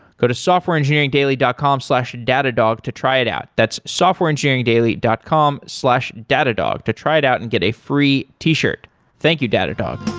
go to softwareengineeringdaily dot com slash datadog to try it out. that's softwareengineeringdaily dot com slash datadog to try it out and get a free t-shirt thank you datadog